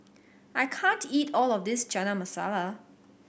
I can't eat all of this Chana Masala